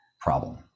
problem